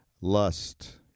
lust